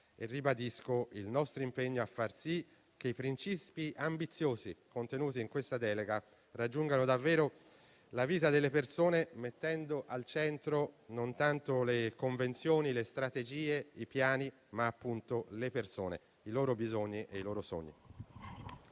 e ribadisco il nostro impegno a far sì che i principi ambiziosi contenuti in questa delega raggiungano davvero la vita delle persone, mettendo al centro non tanto le convenzioni, le strategie e i piani, ma le persone, i loro bisogni e i loro sogni.